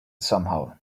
somehow